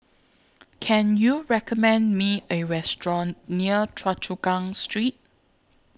Can YOU recommend Me A Restaurant near Choa Chu Kang Street